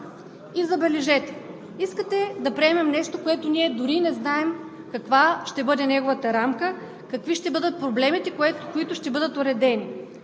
И, забележете, искате да приемем нещо, за което дори не знаем каква ще бъде неговата рамка, какви ще бъдат проблемите, които ще бъдат уредени.